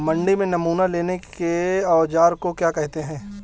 मंडी में नमूना लेने के औज़ार को क्या कहते हैं?